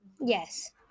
Yes